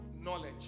knowledge